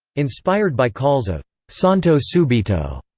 inspired by calls of santo subito!